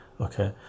Okay